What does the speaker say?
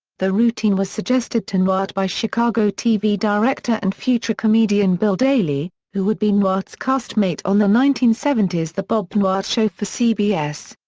the routine was suggested to newhart by chicago tv director and future comedian bill daily, who would be newhart's castmate on the nineteen seventy s the bob newhart show for cbs.